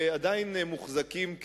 עדיין מוחזקים,